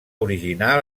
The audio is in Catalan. originar